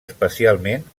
especialment